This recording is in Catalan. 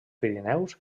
pirineus